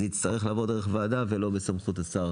זה יצטרך לעבור דרך ועדה ולא יהיה בסמכות השר.